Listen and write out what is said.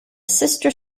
sister